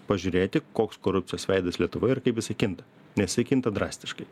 pažiūrėti koks korupcijos veidas lietuvoje ir kaip jisai kinta nes isai kinta drastiškai